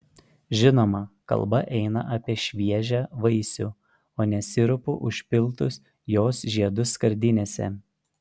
žinoma kalba eina apie šviežią vaisių o ne sirupu užpiltus jos žeidus skardinėse